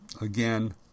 Again